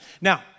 Now